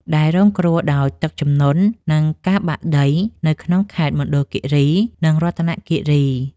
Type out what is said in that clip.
ដែលរងគ្រោះដោយទឹកជំនន់ និងការបាក់ដីនៅក្នុងខេត្តមណ្ឌលគិរី និងរតនគិរី។